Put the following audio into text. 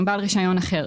עם בעל רישיון אחר.